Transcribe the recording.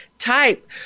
type